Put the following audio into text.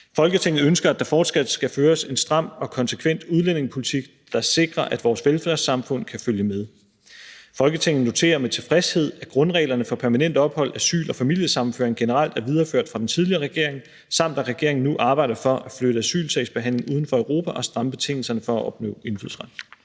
Folketinget ønsker, at der fortsat skal føres en stram og konsekvent udlændingepolitik, der sikrer, at vores velfærdssamfund kan følge med. Folketinget noterer med tilfredshed, at grundreglerne for permanent ophold, asyl og familiesammenføring generelt er videreført fra den tidligere regering, samt at regeringen nu arbejder for at flytte asylsagsbehandlingen uden for Europa og at stramme betingelserne for at opnå indfødsret.«